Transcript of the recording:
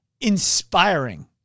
inspiring